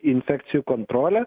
infekcijų kontrole